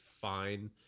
fine